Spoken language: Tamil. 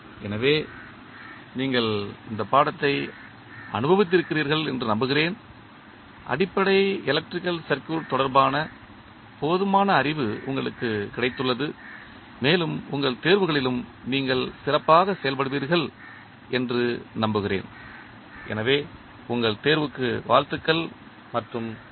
எனவே நீங்கள் இந்த பாடத்தை அனுபவித்திருக்கிறீர்கள் என்று நம்புகிறேன் அடிப்படை எலக்ட்ரிக்கல் சர்க்யூட் தொடர்பான போதுமான அறிவு உங்களுக்கு கிடைத்துள்ளது மேலும் உங்கள் தேர்வுகளிலும் நீங்கள் சிறப்பாக செயல்படுவீர்கள் என்று நம்புகிறேன் எனவே உங்கள் தேர்வுக்கு வாழ்த்துக்கள் மற்றும் நன்றி